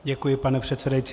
Děkuji, pane předsedající.